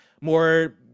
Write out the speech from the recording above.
more